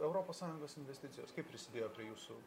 europos sąjungos investicijos kaip prisidėjo prie jūsų